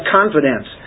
confidence